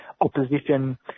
opposition